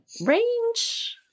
range